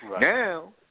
Now